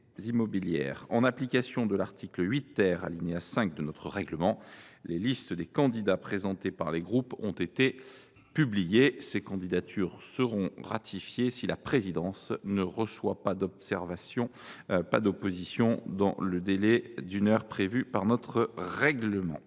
En application de l’article 8 , alinéa 5 de notre règlement, les listes des candidats présentés par les groupes ont été publiées. Ces candidatures seront ratifiées si la présidence ne reçoit pas d’opposition dans le délai d’une heure prévu par notre règlement.